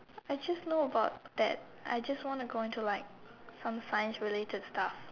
I just know about that I just want to go into like some science related stuff